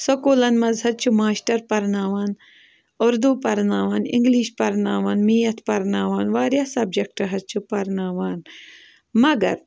سکوٗلَن منٛز حظ چھِ ماشٹر پَرناوان اُردو پرناوَن اِنٛگلِش پرناوَن میتھ پرناوَن واریاہ سَبجکٹ حظ چھِ پرناوان مگر